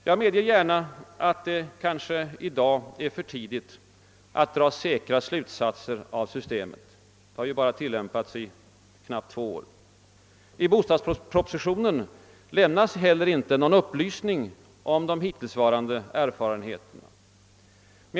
Jag medger gärna att det kanske i dag är för tidigt att dra säkra slutsatser av systemet — det har ju tillämpats i knappt två år. I bostadspropositionen lämnas heller inte någon upplysning om de hittillsvarande erfarenheterna.